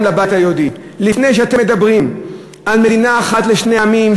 גם לבית היהודי: לפני שאתם מדברים על מדינה אחת לשני עמים,